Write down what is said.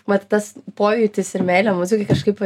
mat tas pojūtis ir meilė muzikai kažkaip